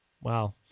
Wow